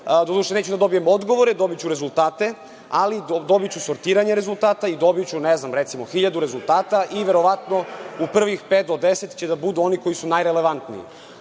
doduše, neću da dobijem odgovore, dobiću rezultate. Ali, dobiću sortiranje rezultata i dobiću, recimo, hiljadu rezultata i verovatno u prvih pet do deset će da budu oni koji su najrelevantniji,